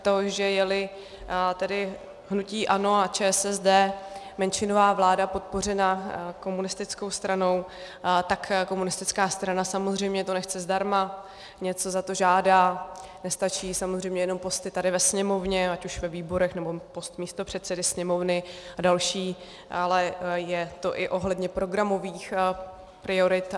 To, že jeli hnutí ANO a ČSSD, menšinová vláda podpořena komunistickou stranou, tak komunistická strana to samozřejmě nechce zdarma, něco za to žádá, nestačí jí samozřejmě jenom posty tady ve Sněmovně, ať už ve výborech, nebo post místopředsedy Sněmovny a další, ale je to i ohledně programových priorit.